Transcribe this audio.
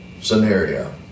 scenario